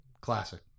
Classic